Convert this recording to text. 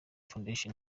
foundation